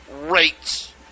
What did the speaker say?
rates